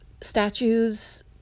Statues